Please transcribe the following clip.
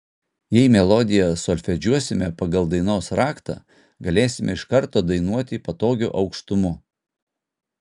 jei melodiją solfedžiuosime pagal dainos raktą galėsime iš karto dainuoti patogiu aukštumu